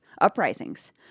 uprisings